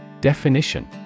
Definition